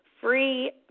free